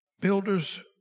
builders